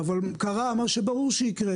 אבל קרה מה שברור שיקרה